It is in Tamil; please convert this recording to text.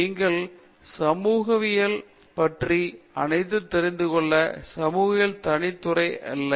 பேராசிரியர் ராஜேஷ் குமார் நீங்கள் சமூகவியல் பற்றி அனைத்தும் தெரிந்துகொள்ள சமூகவியல் தனி துறை இல்லை